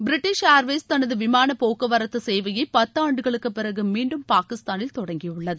British Airways தனது விமானப் போக்குவரத்து சேவையை பத்தாண்டுகளுக்குப் பிறகு மீண்டும் பாகிஸ்தானில் தொடங்கியுள்ளது